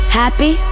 happy